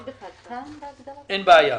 אין בעיה.